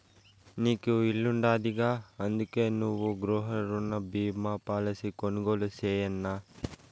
నీకు ఇల్లుండాదిగా, అందుకే నువ్వు గృహరుణ బీమా పాలసీ కొనుగోలు చేయన్నా